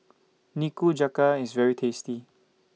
Nikujaga IS very tasty